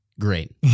Great